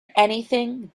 anything